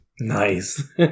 Nice